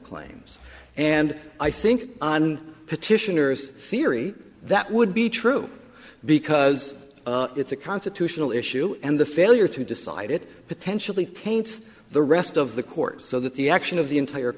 claims and i think on petitioners theory that would be true because it's a constitutional issue and the failure to decide it potentially taints the rest of the court so that the action of the entire